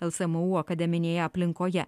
lsmu akademinėje aplinkoje